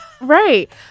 right